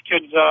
kids